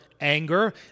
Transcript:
anger